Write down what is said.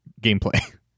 gameplay